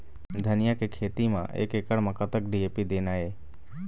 धनिया के खेती म एक एकड़ म कतक डी.ए.पी देना ये?